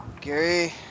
Gary